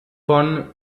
von